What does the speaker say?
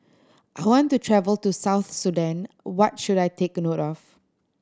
I want to travel to South Sudan what should I take note of